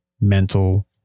mental